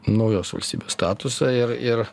naujos valstybės statusą ir ir